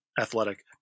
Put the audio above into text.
Athletic